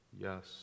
Yes